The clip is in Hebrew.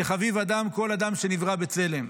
שחביב אדם, כל אדם, שנברא בצלם.